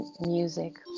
music